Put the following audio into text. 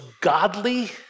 godly